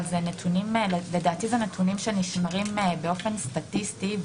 אבל אלה נתונים שלדעתי נשמרים באופן סטטיסטי,